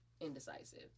indecisive